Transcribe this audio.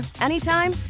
anytime